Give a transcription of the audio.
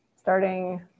starting